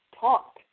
talk